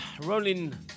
rolling